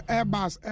Airbus